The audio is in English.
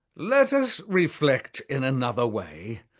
let us reflect in another way,